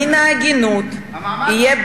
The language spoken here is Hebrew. הרי מן ההגינות יהיה,